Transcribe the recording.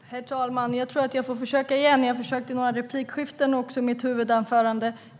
Herr talman! Jag tror att jag får försöka förklara igen. Jag har försökt göra det i några replikskiften och i mitt huvudanförande.